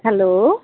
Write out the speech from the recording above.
hello